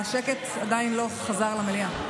השקט עדיין לא חזר למליאה.